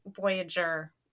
Voyager